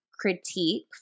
critique